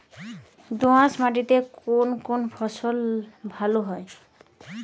দোঁয়াশ মাটিতে কোন কোন ফসল ভালো হয়?